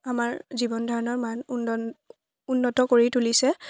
আমাৰ জীৱন ধাৰণৰ মান উন্নয়ন উন্নত কৰি তুলিছে